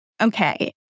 okay